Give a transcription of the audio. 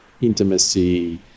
intimacy